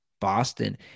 Boston